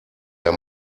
der